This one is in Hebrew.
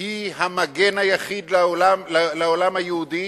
היא המגן היחיד לעולם היהודי